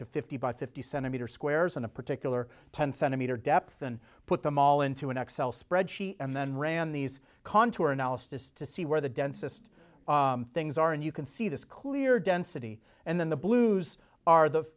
to fifty by fifty centimeter squares in a particular pen centimeter depth and put them all into an x l spreadsheet and then ran these contour analysis to see where the densest things are and you can see this clear density and then the blues are the